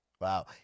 Wow